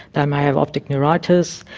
they may have optic neuritis,